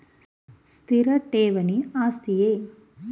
ಸ್ಥಿರ ಠೇವಣಿ ಆಸ್ತಿಯೇ?